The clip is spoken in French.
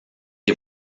des